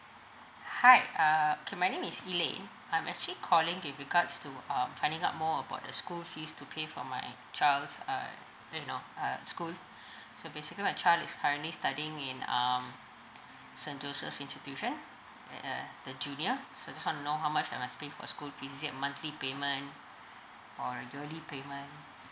hi uh okay my name is eelin I'm actually calling with regards to um finding out more about the school fees to pay for my child's uh you know uh schools so basically my child is currently studying in um saint joseph institution uh the junior so just want to how much I must pay for school fee is it a monthly payment or yearly payment